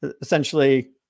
essentially